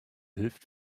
hilft